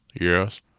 Yes